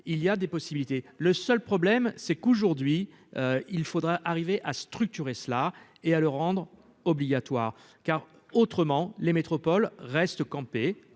il y a des possibilités, le seul problème c'est qu'aujourd'hui, il faudra arriver à structurer cela et à le rendre obligatoire, car autrement les métropoles restent campés